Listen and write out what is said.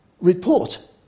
report